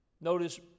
Notice